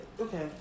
Okay